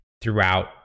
throughout